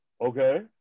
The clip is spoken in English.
Okay